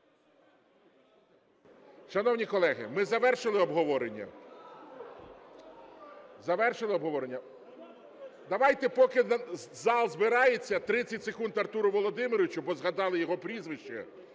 Шановні колеги, ми завершили обговорення? Завершили обговорення? Давайте поки зал збирається, 30 секунд Артуру Володимировичу, бо згадали його прізвище,